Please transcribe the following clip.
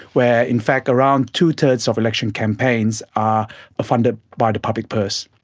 where in fact around two-thirds of election campaigns are ah funded by the public purse.